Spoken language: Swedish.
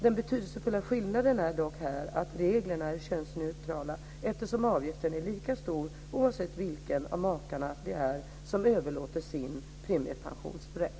Den betydelsefulla skillnaden är dock här att reglerna är könsneutrala eftersom avgiften är lika stor oavsett vilken av makarna det är som överlåter sin premiepensionsrätt.